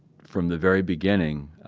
from the very beginning,